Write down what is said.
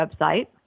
website